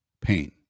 pain